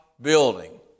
building